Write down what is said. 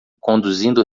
conduzindo